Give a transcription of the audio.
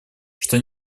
что